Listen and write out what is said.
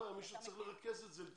מישהו צריך לטפל את זה ולרכז את זה.